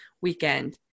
weekend